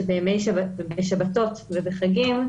שבשבתות וחגים,